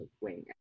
wing